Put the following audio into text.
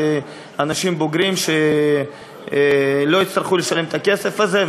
של אנשים בוגרים שלא יצטרכו לשלם את הכסף הזה.